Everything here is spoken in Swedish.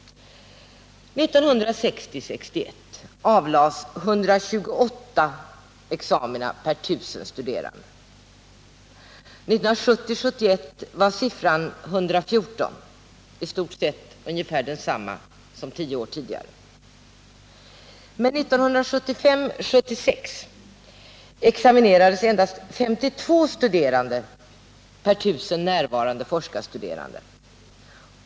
1960 71 var siffran 114 —-istort sett densamma som tio år tidigare. Men 1975/76 examinerades endast 52 per tusen närvarande forskarstuderande.